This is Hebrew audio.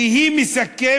כי היא מסכמת